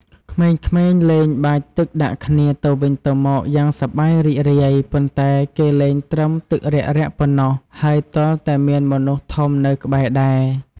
ក្មេងៗលេងបាចទឹកដាក់គ្នាទៅវិញទៅមកយ៉ាងសប្បាយរីករាយ ប៉ុន្តែគេលេងត្រឹមទឹករ៉ាក់ៗប៉ុណ្ណោះ ហើយទាល់តែមានមនុស្សធំនៅក្បែរដែរ។